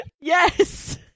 yes